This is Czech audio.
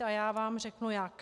A já vám řeknu jak.